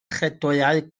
chredoau